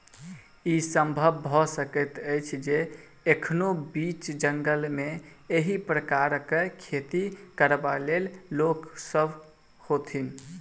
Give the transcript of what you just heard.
ई संभव भ सकैत अछि जे एखनो बीच जंगल मे एहि प्रकारक खेती करयबाला लोक सभ होथि